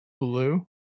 Blue